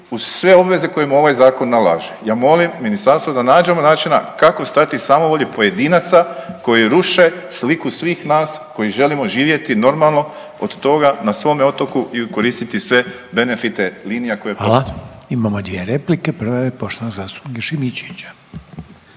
uz sve obveze koje mu ovaj zakon nalaže. Ja molim ministarstvo da nađemo načina kako stati samovolji pojedinaca koji ruše sliku svih nas koji želimo živjeti normalno od toga na svome otoku i koristiti sve benefite linija koje postoje. **Reiner, Željko (HDZ)** Hvala. Imamo dvije replike, prva je poštovanog zastupnika Šimičevića.